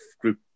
group